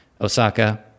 Osaka